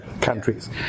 countries